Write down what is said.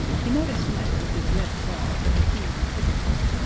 he made a snatch with his red claws at the king and hippogriff,